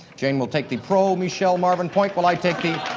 jane will take the pro michele marvin point while i take the